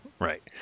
Right